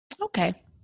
Okay